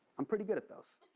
i'm pretty good at those.